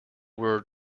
word